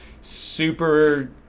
super